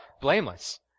blameless